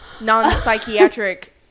non-psychiatric